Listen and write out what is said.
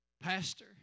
Pastor